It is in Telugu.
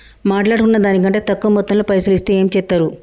మాట్లాడుకున్న దాని కంటే తక్కువ మొత్తంలో పైసలు ఇస్తే ఏం చేత్తరు?